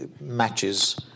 matches